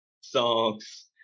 songs